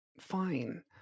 fine